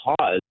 cause